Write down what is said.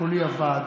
קולי אבד